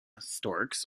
storks